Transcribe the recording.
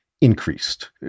increased